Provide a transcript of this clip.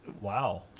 Wow